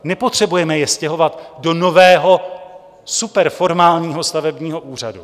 Nepotřebujeme je stěhovat do nového superformálního stavebního úřadu.